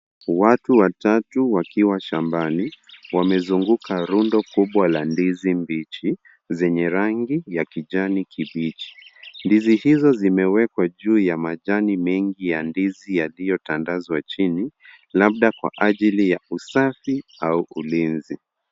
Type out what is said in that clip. Watu watatu wakiwa shambani, wamezunguka rundo kubwa la ndizi mbichi zenye rangi ya kijani kibichi. Ndizi hizo zimewekwa juu ya majani mengi ya ndizi yaliyotandazwa chini, labda kwa ajili ya usafi au ulinzi.